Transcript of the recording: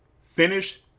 Finish